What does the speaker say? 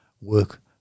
work